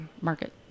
Market